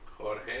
jorge